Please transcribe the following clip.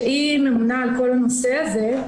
שממונה על כל הנושא הזה.